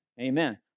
amen